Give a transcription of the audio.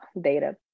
data